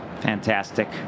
Fantastic